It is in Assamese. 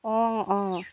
অঁ অঁ